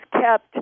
kept